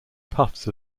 puffs